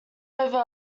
over